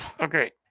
Okay